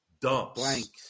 dumps